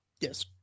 Yes